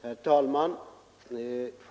Herr talman!